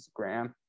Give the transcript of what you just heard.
instagram